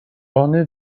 ornée